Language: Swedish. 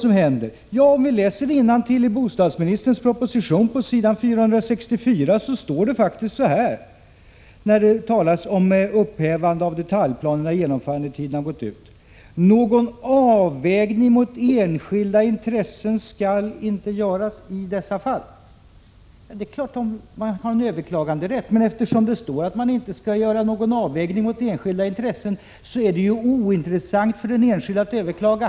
Om vi läser innantill på s. 464 i bostadsministerns proposition, finner vi att det faktiskt står så här, när det talas om upphävande av detaljplaner sedan genomförandetiden har gått ut: ”Någon avvägning mot enskilda intressen skall inte göras i dessa fall.” Det är klart att man har en överklaganderätt, men eftersom det står i propositionen att någon avvägning mot enskilda intressen inte skall göras, är det ju ointressant för den enskilde att överklaga.